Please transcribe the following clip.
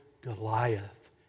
Goliath